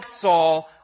Saul